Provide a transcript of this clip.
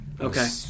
Okay